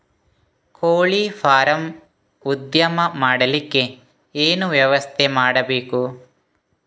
ಕೋಳಿ ಫಾರಂ ಉದ್ಯಮ ಮಾಡಲಿಕ್ಕೆ ಏನು ವ್ಯವಸ್ಥೆ ಮಾಡಬೇಕು?